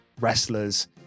wrestlers